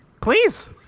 Please